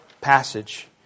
passage